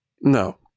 No